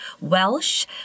Welsh